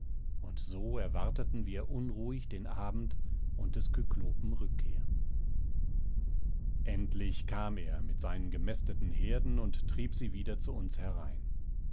und so erwarteten wir unruhig den abend und des kyklopen rückkehr endlich kam er mit seinen gemästeten herden und trieb sie wieder zu uns herein